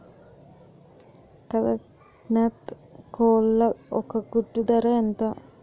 కదక్నత్ కోళ్ల ఒక గుడ్డు ధర ఎంత?